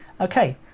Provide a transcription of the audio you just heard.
Okay